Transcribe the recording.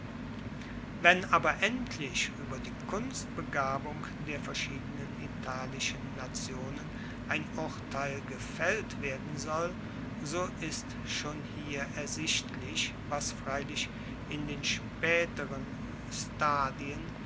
wenn aber endlich ueber die kunstbegabung der verschiedenen italischen nationen ein urteil gefaellt werden soll so ist schon hier ersichtlich was freilich in den spaeteren stadien